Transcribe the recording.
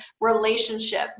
relationship